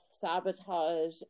sabotage